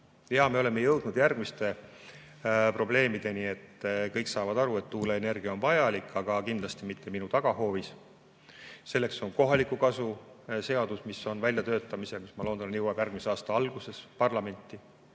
Ja me oleme jõudnud järgmiste probleemideni. Kõik saavad aru, et tuuleenergia on vajalik, aga kindlasti mitte minu tagahoovis. Selleks on kohaliku kasu seadus, mis on väljatöötamisel ja mis, ma loodan, jõuab järgmise aasta alguses parlamenti.